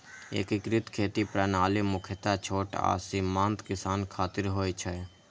एकीकृत खेती प्रणाली मुख्यतः छोट आ सीमांत किसान खातिर होइ छै